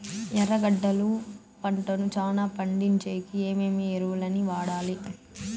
ఎర్రగడ్డలు పంటను చానా పండించేకి ఏమేమి ఎరువులని వాడాలి?